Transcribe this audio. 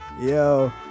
Yo